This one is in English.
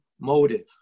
motive